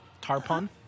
tarpon